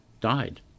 died